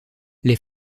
les